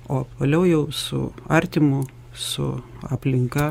o vėliau jau su artimu su aplinka